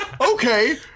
Okay